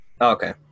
Okay